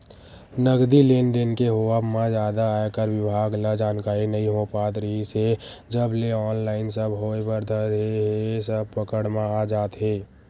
नगदी लेन देन के होवब म जादा आयकर बिभाग ल जानकारी नइ हो पात रिहिस हे जब ले ऑनलाइन सब होय बर धरे हे सब पकड़ म आ जात हे